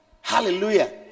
Hallelujah